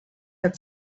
had